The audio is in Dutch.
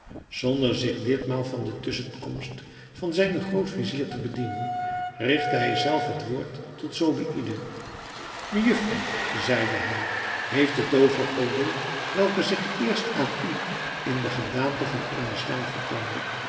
zonder zich ditmaal van de tusschenkomst van zijnen groot-vizier te bedienen rigtte hij zelf het woord tot zobeïde mejufvrouw zeide hij heeft de toovergodin welke zich eerst aan u in de gedaante van eene slang vertoonde